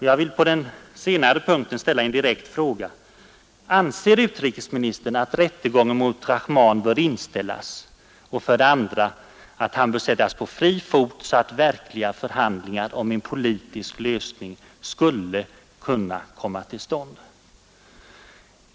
Jag vill på den senare punkten ställa en direkt fråga: Ansér utrikesministern att rättegången mot Rahman bör inställas och att han bör sättas på fri fot så att verkliga förhandlingar om en politisk lösning skulle kunna komma till stånd?